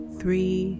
three